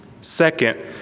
Second